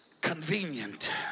convenient